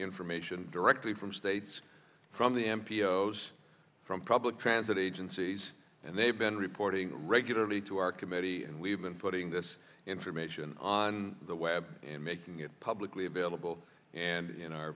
information directly from states from the m p s from public transit agencies and they've been reporting regularly to our committee and we've been putting this information on the web and making it publicly available and in our